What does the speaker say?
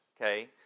Okay